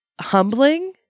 humbling